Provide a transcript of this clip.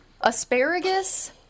Asparagus